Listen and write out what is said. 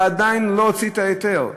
ועדיין לא הוציא את ההיתר.